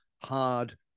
hard